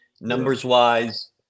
numbers-wise